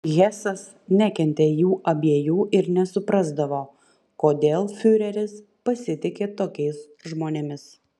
hesas nekentė jų abiejų ir nesuprasdavo kodėl fiureris pasitiki tokiais žmonėmis